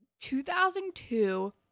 2002